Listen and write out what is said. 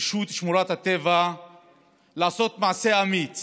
ברשות שמורות הטבע לעשות מעשה אמיץ